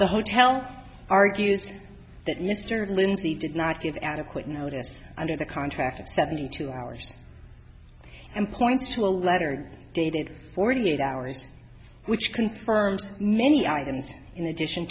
the hotel argues that mr lindsey did not give adequate notice under the contract of seventy two hours and pointed to a letter dated forty eight hours which confirms many items in addition